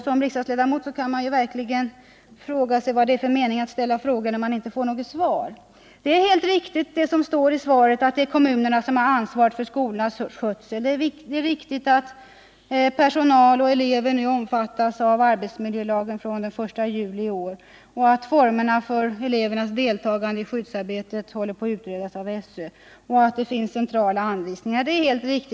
Som riksdagsledamot kan man verkligen undra vad det är för mening med att ställa frågor när man inte får något svar. Det är helt riktigt som står i svaret, att det är kommunerna som har ansvaret för skolornas skötsel. Det är också riktigt att personal och elever omfattas av arbetsmiljölagen från den 1 juli i år, att formerna för elevernas deltagande i skyddsarbetet håller på att utredas av SÖ och att det finns tentrala anvisningar. Detta är kända fakta.